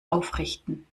aufrichten